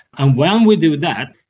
and when we do that,